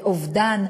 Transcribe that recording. באובדן,